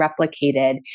replicated